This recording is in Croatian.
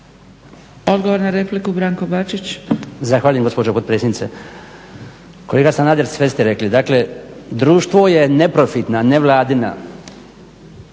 Bačić. **Bačić, Branko (HDZ)** Zahvaljujem gospođo potpredsjednice. Kolega Sanader, sve ste rekli. Dakle, društvo je neprofitna nevladina